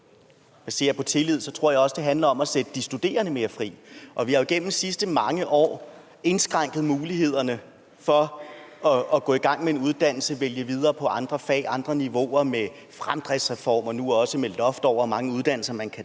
ser på tillid, så tror jeg også, det handler om at sætte de studerende mere fri. Vi har jo gennem de sidste mange år indskrænket mulighederne for at gå i gang med en uddannelse og vælge videre på andre fag og på andre niveauer med en fremdriftsreform og nu også med et loft over, hvor mange uddannelser man kan tage,